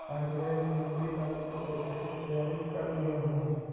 RBI में नौकरी लागी तु परीक्षा के तैयारी कर लियहून